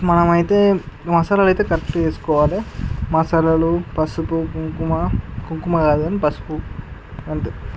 మనం అయితే మసాలాలు అయితే కరెక్టుగా వేసుకోవాలి మసాలాలు పసుపు కుంకుమ కుంకుమ కాదు కానీ పసుపు అంతే